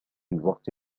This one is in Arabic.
الوقت